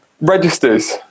registers